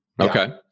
Okay